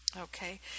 Okay